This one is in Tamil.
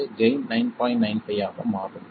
95 ஆக மாறும்